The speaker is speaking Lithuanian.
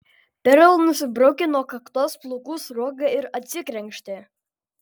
perl nusibraukė nuo kaktos plaukų sruogą ir atsikrenkštė